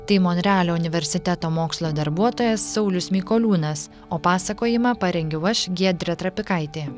tai monrealio universiteto mokslo darbuotojas saulius mikoliūnas o pasakojimą parengiau aš giedrė trapikaitė